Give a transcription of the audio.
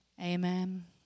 Amen